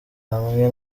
hamwe